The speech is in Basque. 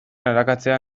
arakatzea